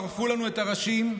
ערפו לנו את הראשים,